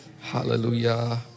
Hallelujah